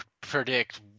predict